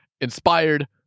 inspired